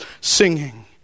singing